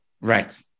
right